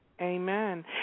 Amen